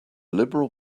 liberal